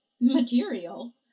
Material